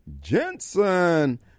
Jensen